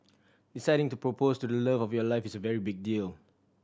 deciding to propose to the love of your life is a very big deal